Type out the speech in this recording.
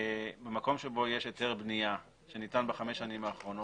במקום שבו יש היתר בנייה שניתן בחמש השנים האחרונות